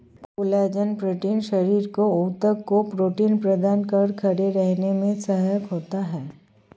collagen protein शरीर के ऊतक को प्रोटीन प्रदान कर खड़े रहने में सहायक होता है